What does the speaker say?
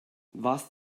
was